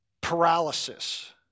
Paralysis